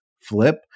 flip